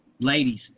Ladies